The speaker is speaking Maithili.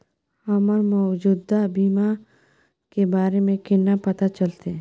हमरा मौजूदा बीमा के बारे में केना पता चलते?